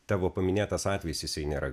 tavo paminėtas atvejis jisai nėra